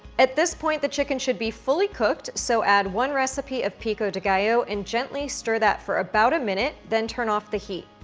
at this point the chicken should be fully cooked so add one recipe of pico de gallo, and gently stir that for about a minute, then turn off the heat.